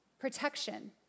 protection